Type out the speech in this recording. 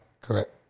Correct